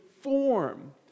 form